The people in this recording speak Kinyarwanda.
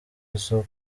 isoko